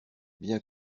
bien